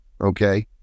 okay